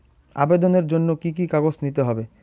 আবেদনের জন্য কি কি কাগজ নিতে হবে?